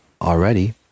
already